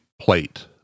plate